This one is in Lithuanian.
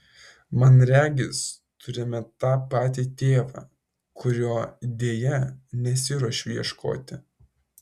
man regis turime tą patį tėvą kurio deja nesiruošiu ieškoti